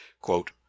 quote